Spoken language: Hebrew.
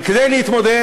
אבל כדי להתמודד,